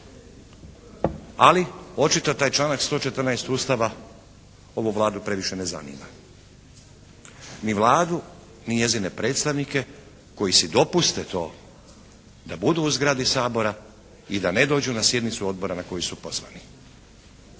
ali očito taj članak 114. Ustava ovu Vladu previše ne zanima, ni Vladu, ni njezine predstavnike koji si dopuste to da budu u zgradi Sabora i da ne dođu na sjednicu Odbora na koju su pozvani.